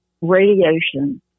radiation